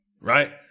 right